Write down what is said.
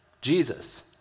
Jesus